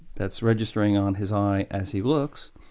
that's registering on his eye as he looks,